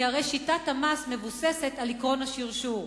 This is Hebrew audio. כי הרי שיטת המס מבוססת על עקרון השרשור.